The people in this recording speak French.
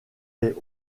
les